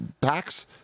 packs